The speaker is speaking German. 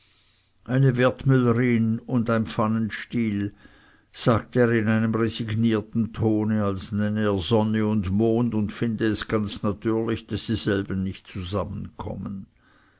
eine wertmüllerin und ein pfannenstiel sagte er in einem resignierten tone als nenne er sonne und mond und finde es ganz natürlich daß dieselben nicht zusammenkommen